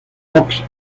fox